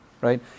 Right